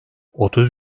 otuz